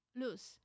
lose